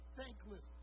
thankless